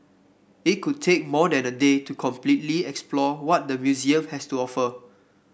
it could take more than a day to completely explore what the museum has to offer